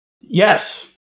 Yes